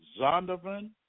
Zondervan